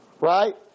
right